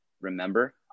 remember